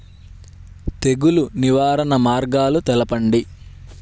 తెగులు నివారణ మార్గాలు తెలపండి?